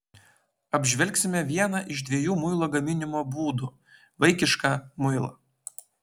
apžvelgsime vieną iš dviejų muilo gaminimo būdų vaikišką muilą